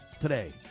today